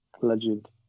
Legend